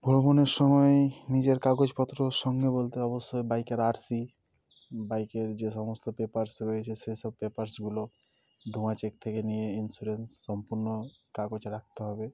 ভ্রমণের সময় নিজের কাগজপত্র সঙ্গে বলতে অবশ্যই বাইকের আর সি বাইকের যে সমস্ত পেপারস রয়েছে সেসব পেপারসগুলো ধোঁয়া চেক থেকে নিয়ে ইন্স্যুরেন্স সম্পূর্ণ কাগজ রাখতে হবে